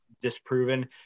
disproven